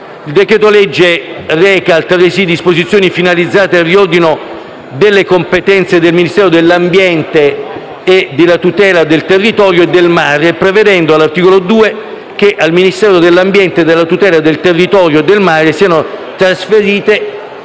Il decreto-legge reca altresì disposizioni finalizzate al riordino delle competenze del Ministero dell'ambiente e della tutela del territorio e del mare, prevedendo all'articolo 2 che al Ministero dell'ambiente e della tutela del territorio e del mare siano trasferite